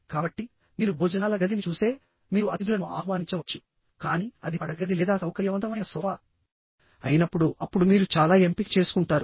కాబట్టి మీరు భోజనాల గదిని చూస్తే మీరు అతిథులను ఆహ్వానించవచ్చు కానీ అది పడకగది లేదా సౌకర్యవంతమైన సోఫా అయినప్పుడు అప్పుడు మీరు చాలా ఎంపిక చేసుకుంటారు